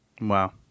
Wow